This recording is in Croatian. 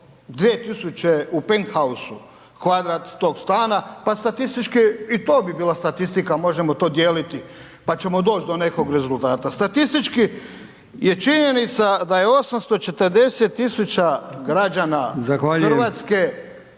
2.000,00 u penthouse-u kvadrat tog stana pa statistički i to bi bila statistika, možemo to dijeliti pa ćemo doći do nekog rezultata. Statistički je činjenica da je 840 tisuća građana Hrvatske